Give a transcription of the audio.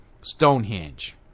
Stonehenge